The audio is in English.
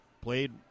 played